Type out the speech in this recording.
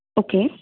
okay